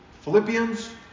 Philippians